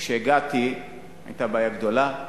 כשהגעתי היתה בעיה גדולה,